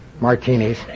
martinis